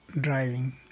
driving